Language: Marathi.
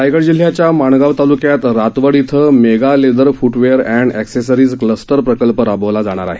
रायगड जिल्ह्याच्या मागणगाव तालुक्यात रातवड इथं mega leather footwear and accessories cluster प्रकल्प राबवला जाणार आहे